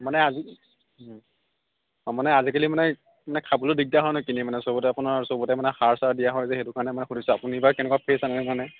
মানে আজি মানে আজিকালি মানে মানে খাবলৈও দিগদাৰ হয় ন' কিনি মানে চবতে আপোনাৰ চবতে মানে সাৰ চাৰ দিয়া হয় যে সেইটো কাৰণে সুধিছো আপুনি বা কেনেকুৱা ফ্ৰেছ আনে নে নানে